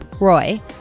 Roy